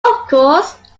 course